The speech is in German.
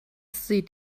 sieht